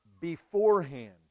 beforehand